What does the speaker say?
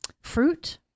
fruit